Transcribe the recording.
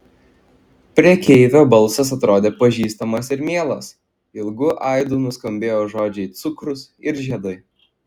prekeivio balsas atrodė pažįstamas ir mielas ilgu aidu nuskambėjo žodžiai cukrus ir žiedai